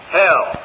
hell